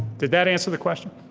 did that answer the question?